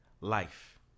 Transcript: life